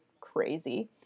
crazy